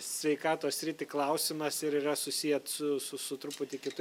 sveikatos sritį klausimas ir yra susiet su su su truputį kitu